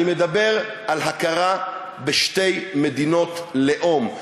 אני מדבר על הכרה בשתי מדינות לאום.